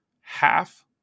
Half